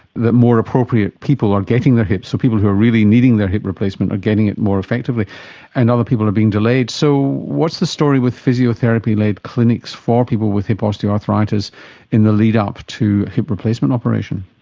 that more appropriate people are getting their hips. so people who are really needing their hip replacement are getting it more effectively and other people are being delayed. so what's the story with physiotherapy-led clinics for people with hip osteoarthritis in the lead-up to hip replacement operation?